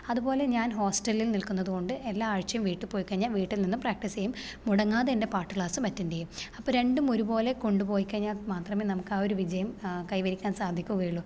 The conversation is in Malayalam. അതുപോലെ ഞാൻ ഹോസ്റ്റലിൽ നിൽക്കുന്നതുകൊണ്ട് എല്ലാ ആഴ്ചയും വീട്ടിപ്പോയി കഴിഞ്ഞാൽ വീട്ടിൽ നിന്നും പ്രാക്റ്റീസ് ചെയ്യും മുടങ്ങാതെ എൻ്റെ പാട്ട് ക്ലാസ്സും അറ്റൻഡ് ചെയ്യും അപ്പം രണ്ടും ഒരുപോലെ കൊണ്ടുപോയി കഴിഞ്ഞാൽ മാത്രമേ നമുക്ക് ആ ഒരു വിജയം കൈവരിക്കാൻ സാധിക്കുകയുള്ളൂ